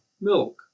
milk